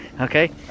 Okay